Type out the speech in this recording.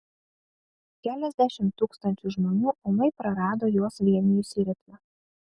keliasdešimt tūkstančių žmonių ūmai prarado juos vienijusį ritmą